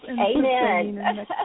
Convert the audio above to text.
Amen